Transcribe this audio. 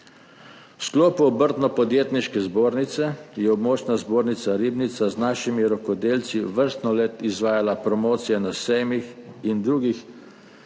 V sklopu Obrtno-podjetniške zbornice je območna zbornica Ribnica z našimi rokodelci vrsto let izvajala promocije na sejmih in drugih